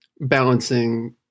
balancing